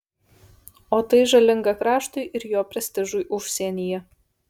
o tai žalinga kraštui ir jo prestižui užsienyje